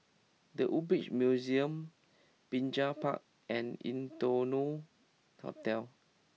The Woodbridge Museum Binjai Park and Innotel Hotel